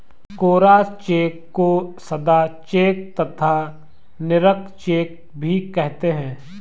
कोरा cheque को सादा cheque तथा निरंक चेक भी कहते हैं